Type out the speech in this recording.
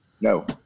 no